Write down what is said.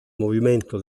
movimento